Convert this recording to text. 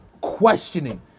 questioning